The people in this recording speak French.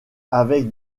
avec